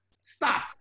Stop